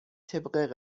طبق